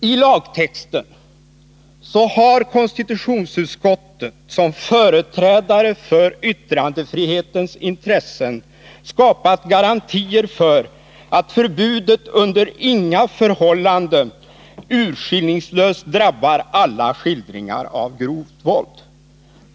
I lagtexten har konstitutionsutskottet som företrädare för yttrandefrihetens intressen skapat garantier för att förbudet under inga förhållanden urskillningslöst drabbar alla skildringar av grovt våld.